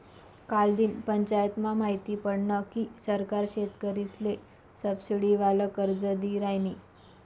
कालदिन पंचायतमा माहिती पडनं की सरकार शेतकरीसले सबसिडीवालं कर्ज दी रायनी